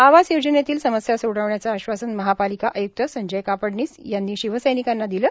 आवास योजनेतील समस्या सोडविण्याचे आश्वासन महापालिका आयुक्त संजय कापडणीस यांनी शिवसैनिकांना दिले